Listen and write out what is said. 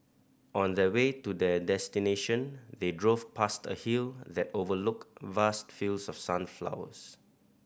on the way to their destination they drove past a hill that overlooked vast fields of sunflowers